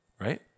right